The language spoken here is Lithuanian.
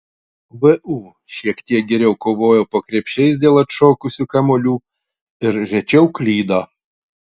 vu šiek tiek geriau kovojo po krepšiais dėl atšokusių kamuolių ir rečiau klydo